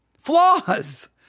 flaws